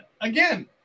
again